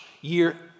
year